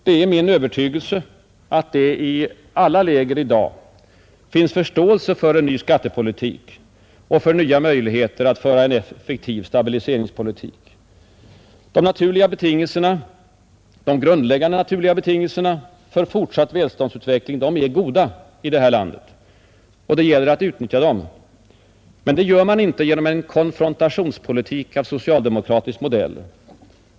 Det är min övertygelse att det i alla läger i dag finns förståelse för en ny skattepolitik och för nya möjligheter att föra en effektiv stabiliseringspolitik. De grundläggande naturliga betingelserna för fortsatt välståndsutveckling är goda i det här landet. Det gäller att utnyttja dem. Det gör man inte genom en konfrontationspolitik av socialdemokratisk modell.